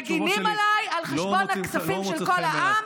מגינים עליי על חשבון הכספים של כל העם,